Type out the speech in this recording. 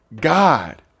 God